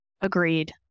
Agreed